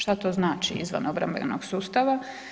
Šta to znači izvan obrambenog sustava?